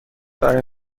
برای